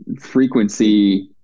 frequency